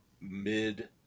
mid